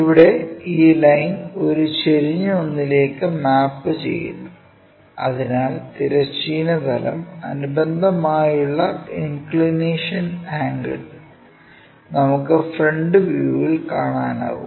ഇവിടെ ഈ ലൈൻ ഒരു ചെരിഞ്ഞ ഒന്നിലേക്ക് മാപ്പുചെയ്യുന്നു അതിനാൽ തിരശ്ചീന തലം അനുബന്ധമായുള്ള ഇൻക്ക്ളിനേഷൻ ആംഗിൾ നമുക്ക് ഫ്രന്റ് വ്യൂവിൽ കാണാനാകും